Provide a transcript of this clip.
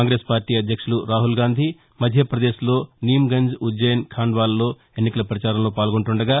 Congress party అధ్యక్షులు రాహుల్గాంధీ మధ్యపదేశ్లో నీమ్గంజ్ ఉజ్జయిన్ ఖాండ్వాలలో ఎన్నికల పచారంలో పాల్గొంటున్నారు